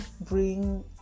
bring